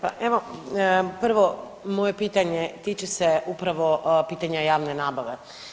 Pa evo prvo moje pitanje tiče se upravo pitanja javne nabave.